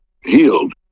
healed